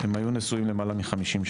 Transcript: הם היו נשואים למעלה מחמישים שנה.